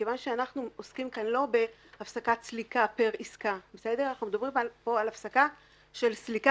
מכיוון שאנחנו עוסקים כאן לא בהפסקת סליקה פר עסקה אלא בהפסקה של סליקה